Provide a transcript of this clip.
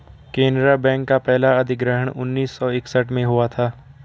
Canara bank का पहला अधिग्रहण उन्नीस सौ इकसठ में हुआ था